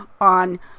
on